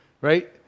right